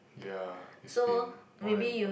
ya it's been more than